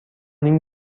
این